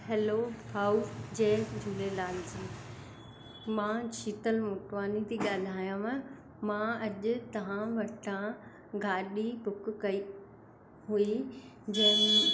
hello भाऊ जय झूलेलाल जी मां शीतल मोटवानी थी ॻाल्हायांव मां अॼु तव्हां वटा गाॾी बुक कई हुई जंहिं